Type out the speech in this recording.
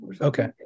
Okay